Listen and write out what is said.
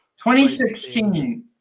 2016